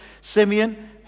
Simeon